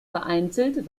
vereinzelt